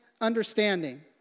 understanding